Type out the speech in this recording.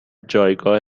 جایگاه